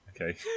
Okay